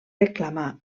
reclamar